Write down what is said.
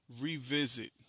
revisit